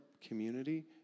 community